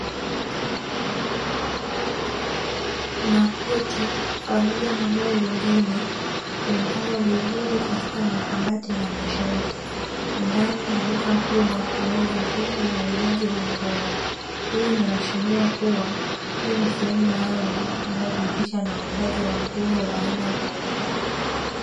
Makoti pamoja na nguo zingine zimepangwa vizuri katika makabati na mashelfu ndani ya duka kubwa, linalojihusisha na uuzaji wa nguo. Hii inaashiria kuwa, hii ni sehemu maalumu inayojihusisha na uuzaji wa nguo za aina mbalimbali.